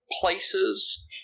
places